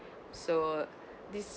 so this